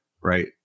right